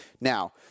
Now